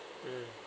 mm